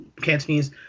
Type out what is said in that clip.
cantonese